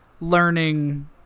learning